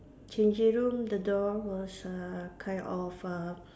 changing room the door was uh kind of uh